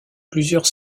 plusieurs